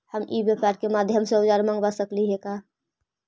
हम ई व्यापार के माध्यम से औजर मँगवा सकली हे का?